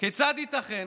כיצד ייתכן,